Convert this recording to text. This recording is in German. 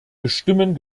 bestimmen